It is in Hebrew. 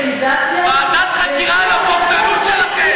ועדת חקירה על הבוגדנות שלכם.